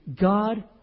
God